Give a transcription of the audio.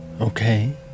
Okay